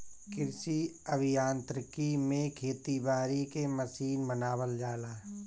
कृषि अभियांत्रिकी में खेती बारी के मशीन बनावल जाला